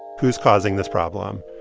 who's causing this problem?